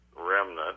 remnant